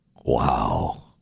Wow